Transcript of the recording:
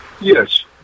Yes